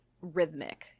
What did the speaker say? rhythmic